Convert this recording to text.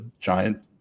giant